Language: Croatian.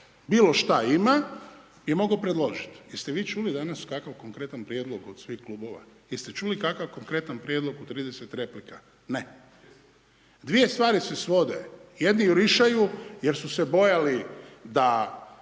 bilo šta ima je mogao predložiti. Jeste vi čuli kakav konkretan prijedlog od svih klubova? Jeste čuli kakav konkretan prijedlog u 30 replika? Ne. Dvije stvari se svode jedni jurišaju, jer su se bojali da